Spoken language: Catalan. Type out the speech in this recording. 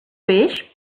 peix